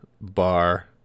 Bar